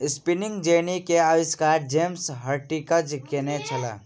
spinning jenny के आविष्कार James Hargreaves केने छला